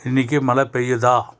இன்னிக்கு மழை பெய்யுதா